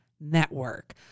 network